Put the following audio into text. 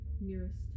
nearest